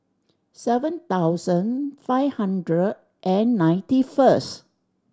seven thousand five hundred and ninety first